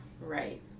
right